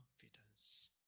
confidence